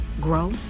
grow